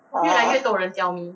ah